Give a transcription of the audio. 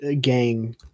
gang